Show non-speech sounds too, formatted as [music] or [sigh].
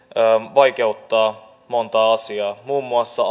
vaikeuttaa montaa asiaa muun muassa [unintelligible]